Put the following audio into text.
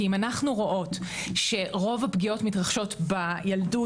כי אם אנחנו רואות שרוב הפגיעות מתרחשות בילדות,